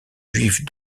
juives